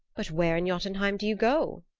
but where in jotunheim do you go?